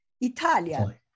Italia